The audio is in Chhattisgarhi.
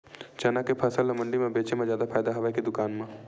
चना के फसल ल मंडी म बेचे म जादा फ़ायदा हवय के दुकान म?